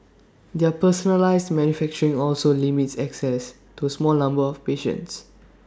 their personalised manufacturing also limits access to A small numbers of patients